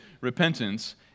repentance